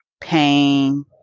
pain